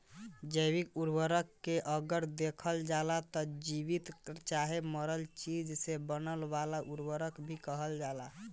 जैविक उर्वरक के अगर देखल जाव त जीवित चाहे मरल चीज से बने वाला उर्वरक के कहल जाला